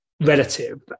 relative